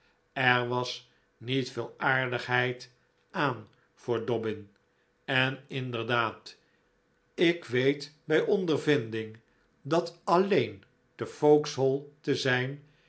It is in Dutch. er was niet veel aardigheid aan voor dobbin en inderdaad ik weet bij ondervinding dat alleen te vauxhall te zijn